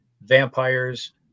vampires